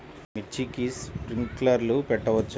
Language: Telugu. మిర్చికి స్ప్రింక్లర్లు పెట్టవచ్చా?